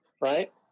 right